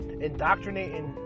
indoctrinating